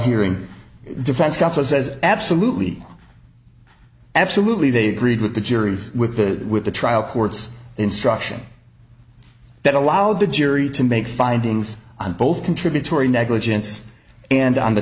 says absolutely absolutely they agreed with the jury's with the with the trial court's instruction that allowed the jury to make findings on both contributory negligence and on the